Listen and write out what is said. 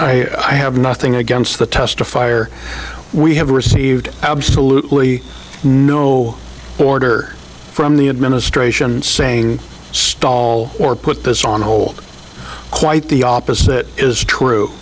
i i have nothing against the testifier we have received absolutely no order from the administration saying stall or put this on hold quite the opposite is true